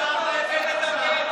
אני אומר את זה בכאב גדול,